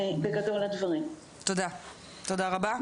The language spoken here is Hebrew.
תודה רבה.